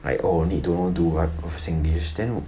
like oh need don't know do what oh for singlish then